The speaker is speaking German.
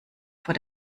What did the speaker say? vor